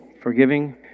Forgiving